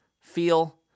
feel